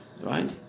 right